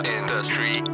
industry